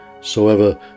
soever